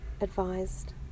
advised